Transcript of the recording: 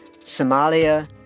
Somalia